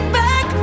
back